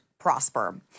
prosper